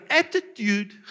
attitude